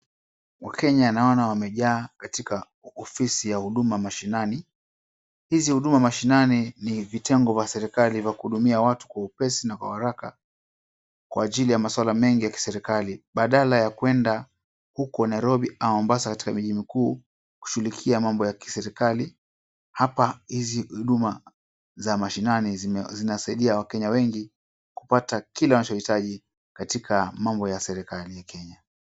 Wakenya naona wamejaa katika ofisi ya huduma mashinani. Hizi huduma mashinani ni vitengo vya serikali vya kuhudumia watu kwa wepesi na kwa haraka kwa ajili ya maswala mengi ya kiserikali. Badala ya kuenda huko Nairobi au Mombasa katika miji mikuu kushughulikia mambo ya kiserikali hapa hizi huduma za mashinani zinasaidia wakenya wengi kupata kila wanachohitaji katika mambo ya serikali ya Kenya.